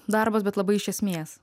darbas bet labai iš esmės